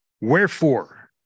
Wherefore